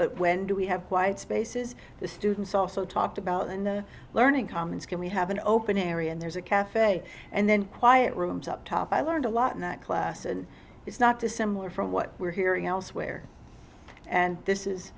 but when do we have wide spaces the students also talked about in the learning commons can we have an open area and there's a cafe and then quiet rooms up top i learned a lot not class and it's not dissimilar from what we're hearing elsewhere and this is